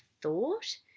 thought